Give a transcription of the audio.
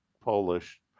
Polish